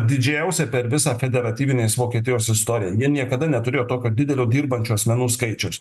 didžiausia per visą federatyvinės vokietijos istoriją jie niekada neturėjo tokio didelio dirbančių asmenų skaičiaus